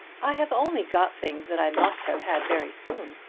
i have only got things that i must have had very soon.